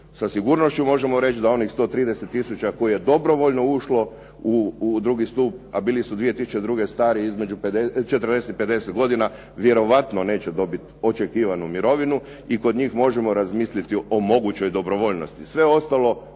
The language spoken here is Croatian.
Sa sigurnošću možemo reći da onih 130 tisuća koje je dobrovoljno ušlo u II. stup a bili su 2002. stari između 40 i 50 godina vjerojatno neće dobiti očekivanu mirovinu i kod njih možemo razmisliti o mogućoj dobrovoljnosti. Sve ostalo